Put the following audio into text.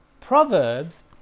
Proverbs